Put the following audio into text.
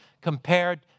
compared